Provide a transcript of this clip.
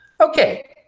Okay